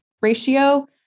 ratio